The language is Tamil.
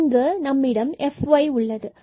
எனவே இங்கு fy நம்மிடம் உள்ளது